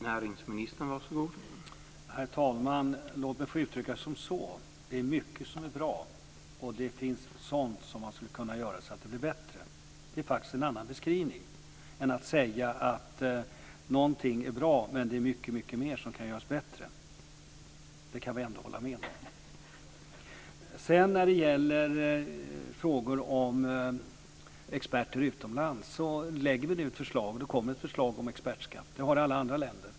Herr talman! Låt mig få uttrycka det som att det är mycket som är bra, och det finns sådant som skulle kunna göras bättre. Det är faktiskt en annan beskrivning än att säga att någonting är bra, men det är mycket mer som kan göras bättre. Det kan vi ändå hålla med om. När det gäller frågor om experter utomlands kommer vi nu att lägga fram ett förslag om expertskatt. Det har alla andra länder.